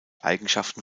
eigenschaften